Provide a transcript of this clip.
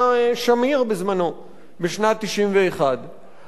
בשנת 1991. הייחודיות בממשלה הזאת,